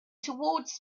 towards